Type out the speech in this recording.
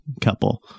couple